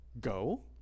Go